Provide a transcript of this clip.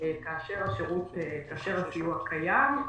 כאשר הסיוע קיים,